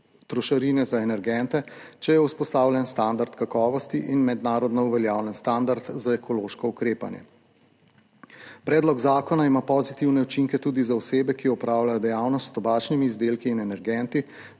trošarine za energente, če je vzpostavljen standard kakovosti in mednarodno uveljavljen standard za ekološko ukrepanje. Predlog zakona ima pozitivne učinke tudi za osebe, ki opravljajo dejavnost s tobačnimi izdelki in energenti,